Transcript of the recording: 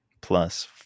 plus